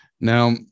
now